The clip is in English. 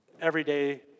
everyday